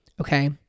okay